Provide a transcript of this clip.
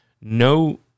no